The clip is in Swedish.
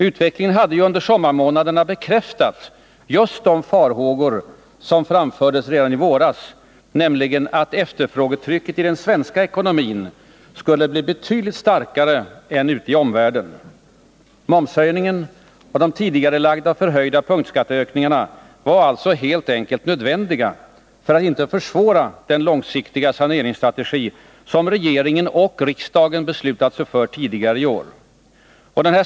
Utvecklingen under sommarmånaderna hade ju bekräftat just de farhågor som framfördes redan i våras, nämligen att efterfrågetrycket skulle bli betydligt starkare i den svenska ekonomin än ute i omvärlden. Momshöjningen och de tidigarelagda förhöjda punktskatteökningarna var alltså helt enkelt nödvändiga för att inte den långsiktiga planeringsstrategi som regeringen och riksdagen hade beslutat sig för tidigare i år skulle försvåras.